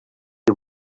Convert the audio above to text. you